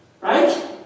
Right